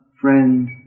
friend